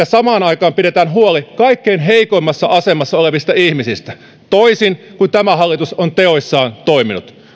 samaan aikaan pidetään huoli kaikkein heikoimmassa asemassa olevista ihmisistä toisin kuin tämä hallitus on teoissaan toiminut